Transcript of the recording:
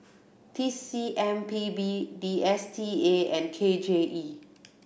T C M P B D S T A and K J E